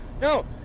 No